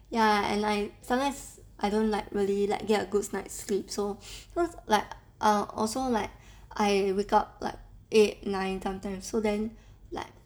ya and I sometimes I don't like really like get a good night's sleep so cause like uh also like I wake up like eight nine sometimes so then like